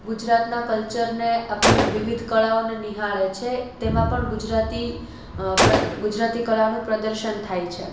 ગુજરાતનાં કલ્ચરને આપણી આ વિવિધ કલાઓને નિહાળે છે તેમાં પણ ગુજરાતી ગુજરાતી કલાનું પ્રદર્શન થાય છે